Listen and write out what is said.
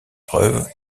preuves